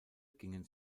gingen